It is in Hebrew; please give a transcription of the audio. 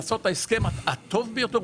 לעשות את ההסכם הטוב ביותר,